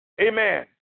amen